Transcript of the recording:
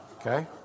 Okay